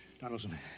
Donaldson